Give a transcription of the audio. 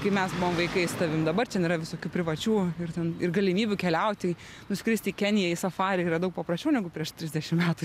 kai mes buvom vaikai su tavim dabar ten yra visokių privačių ir ten ir galimybių keliauti nuskristi į keniją į safarį yra daug paprasčiau negu prieš trisdešim metų